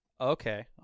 Okay